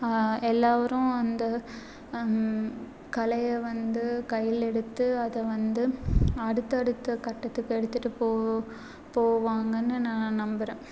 எல்லாவரும் அந்த கலையை வந்து கையில் எடுத்து அதை வந்து அடுத்த அடுத்த கட்டத்துக்கு எடுத்துகிட்டு போ போவாங்கன்னு நான் நம்புறேன்